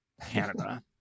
Canada